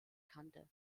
kannte